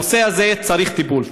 הנושא הזה צריך טיפול.